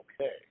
Okay